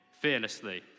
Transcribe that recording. fearlessly